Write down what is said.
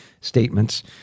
statements